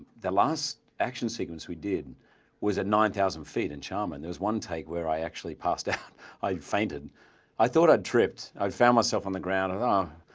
the last action sequence we did was at nine thousand feet in charmin there's one take where i actually passed out i fainted i thought i'd tripped i found myself on the ground and